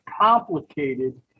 complicated